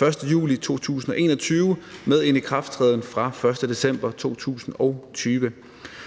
den 1. juli 2021 med en ikrafttræden fra den 1. december 2020.